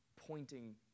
pointing